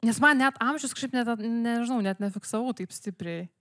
nes man net amžius kažkaip net ne nežinau net nefiksavau taip stipriai